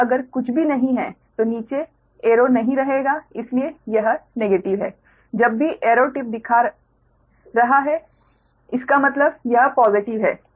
और अगर कुछ भी नहीं है तो नीचे एरो नहीं रहेगा इसलिए यह नेगेटिव है जब भी एरो टिप दिखा रहा है इसका मतलब यह पॉज़िटिव है